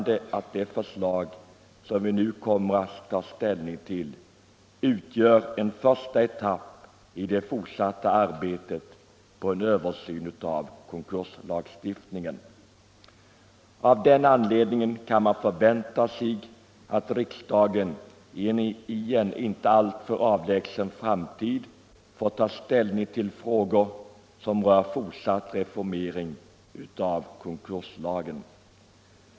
Det förslag som riksdagen nu kommer att ta ställning till utgör en första etapp i det fortsatta arbetet på en översyn av konkurslagstiftningen. Av den anledningen kan man förvänta sig att riksdagen inom en inte alltför avlägsen framtid får ta ställning till frågor som rör fortsatt reformering av konkurslagen.